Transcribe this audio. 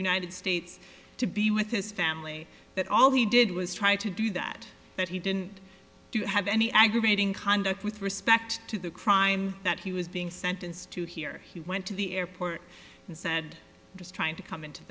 united states to be with his family that all he did was try to do that that he didn't have any aggravating conduct with respect to the crime that he was being sentenced to here he went to the airport and said just trying to come into